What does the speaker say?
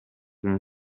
nel